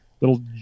little